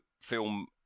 film